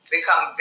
Become